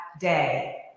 day